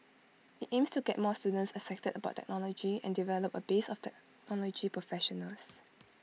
IT aims to get more students excited about technology and develop A base of technology professionals